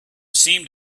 seemed